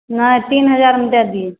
नहि तीन हजारमे दए दियौ